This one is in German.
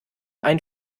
ein